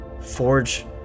forge